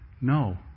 no